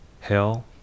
hell